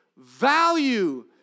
value